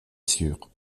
sûr